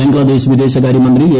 ബംഗ്ലാദേശ് വിദേശകാര്യമന്ത്രി എ